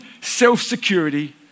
self-security